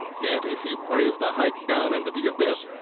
yet if you brave the hike down into the abyss,